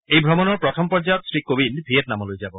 এই ভ্ৰমণৰ প্ৰথম পৰ্যায়ত শ্ৰী কোবিন্দ ভিয়েটনামলৈ যাব